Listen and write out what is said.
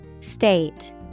State